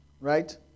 right